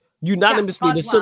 Unanimously